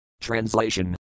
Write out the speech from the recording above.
Translation